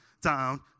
down